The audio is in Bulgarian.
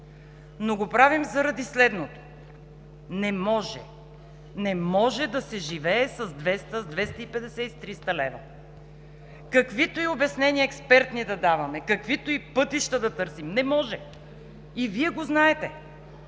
но го правим заради следното: не може, не може да се живее с 200, 250 и 300 лв. Каквито и експертни обяснения да даваме, каквито и пътища да търсим – не може! И Вие го знаете.